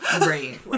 Right